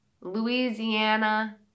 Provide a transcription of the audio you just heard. Louisiana